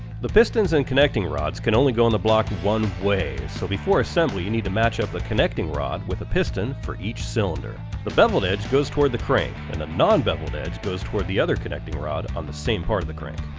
the pistons and connecting rods can only go in the block one way, so before assembly, you need to match up the connecting rod with the piston for each cylinder the beveled edge goes toward the crank and the non-beveled edge goes toward the other connecting rod on the same part of the crank.